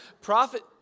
Prophet